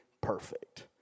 perfect